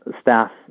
staff